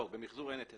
במחזור אין היטל